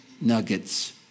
nuggets